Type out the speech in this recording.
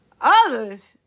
Others